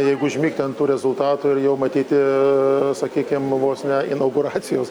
jeigu užmigti ant tų rezultatų ir jau matyti sakykime vos ne inauguracijos